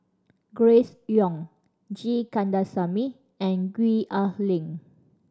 Grace Young G Kandasamy and Gwee Ah Leng